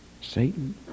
Satan